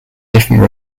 different